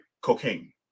cocaine